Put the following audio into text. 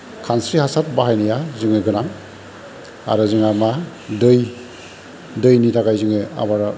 खानस्रि हासार बाहायनाया जोंनो गोनां आरो जोंहा मा दै दैनि थाखाय जोङो आबादा